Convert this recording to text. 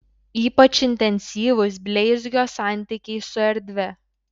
ypač intensyvūs bleizgio santykiai su erdve